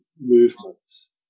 movements